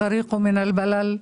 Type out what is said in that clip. (אומרת דברים בשפה הערבית)